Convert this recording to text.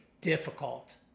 difficult